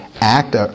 act